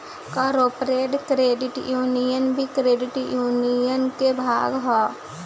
corporate credit union भी credit union के भाग ह